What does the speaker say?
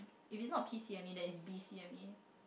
if it's not P C M E then it's B C M E